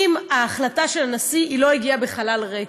ההחלטה של הנשיא לא הגיעה בחלל ריק,